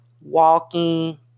walking